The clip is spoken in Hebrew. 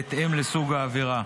בהתאם לסוג העבירה.